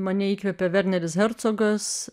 mane įkvėpė verneris hercogas